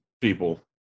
people